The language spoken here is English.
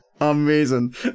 Amazing